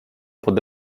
pod